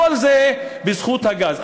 כל זה בזכות הגז.